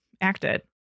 acted